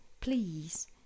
please